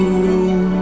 room